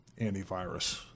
Antivirus